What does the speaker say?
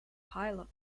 pilot